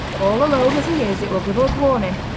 all alone as he is it will give us warning,